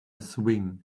swing